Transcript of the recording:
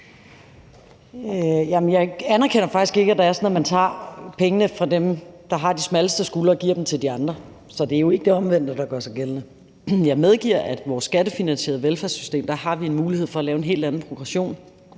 Jeg anerkender faktisk ikke, at det er sådan, at man tager pengene fra dem, der har de smalleste skuldre, og giver dem til de andre. Så det er jo ikke det omvendte, der gør sig gældende. Jeg medgiver, at i vores skattefinansierede velfærdssystem har vi en mulighed for at lave en helt anden progression.